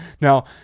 now